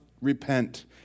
repent